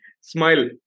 Smile